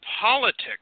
politics